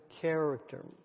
character